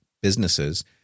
businesses